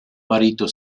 marito